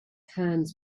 hands